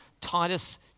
Titus